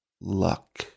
luck